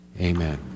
amen